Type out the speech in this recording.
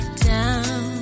down